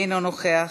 אינו נוכח.